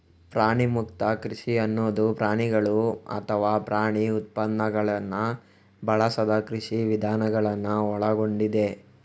ಪ್ರಾಣಿಮುಕ್ತ ಕೃಷಿ ಅನ್ನುದು ಪ್ರಾಣಿಗಳು ಅಥವಾ ಪ್ರಾಣಿ ಉತ್ಪನ್ನಗಳನ್ನ ಬಳಸದ ಕೃಷಿ ವಿಧಾನಗಳನ್ನ ಒಳಗೊಂಡಿದೆ